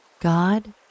god